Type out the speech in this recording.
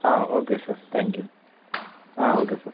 okay sir thank you okay sir